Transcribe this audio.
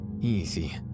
Easy